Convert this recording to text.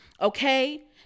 okay